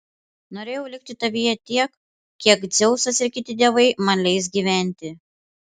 norėjau likti tavyje tiek kiek dzeusas ir kiti dievai man leis gyventi